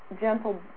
gentle